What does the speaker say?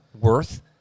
worth